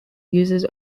uses